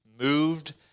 moved